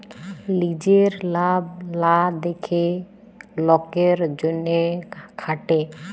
লিজের লাভ লা দ্যাখে লকের জ্যনহে খাটে